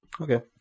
Okay